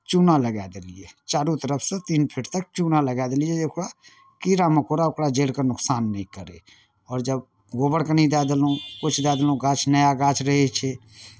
चूना लगाए देलियै चारू तरफसँ तीन फिट तक चूना लगा देलियै जे ओकरा कीड़ा मकोड़ा ओकरा जड़िकेँ नुकसान नहि करय आओर जब गोबर कनि दए देलहुँ किछु दए देलहुँ गाछ नया गाछ रहै छै